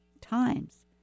times